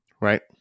right